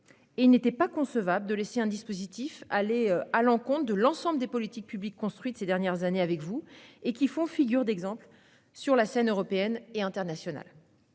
Il n'était pas concevable de laisser un dispositif aller à l'encontre de l'ensemble des politiques publiques construites ces dernières années avec vous et qui font figure d'exemples sur la scène européenne et internationale.